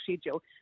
schedule